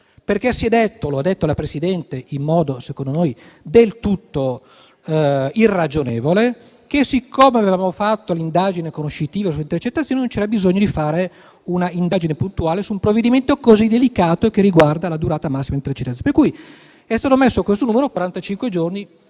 perché si è detto - lo ha detto la Presidente, in modo secondo noi del tutto irragionevole - che, siccome avevamo fatto l'indagine conoscitiva sulle intercettazioni, non c'era bisogno di fare un'indagine puntuale su un provvedimento così delicato che riguarda la durata massima delle intercettazioni. È stato quindi messo questo numero,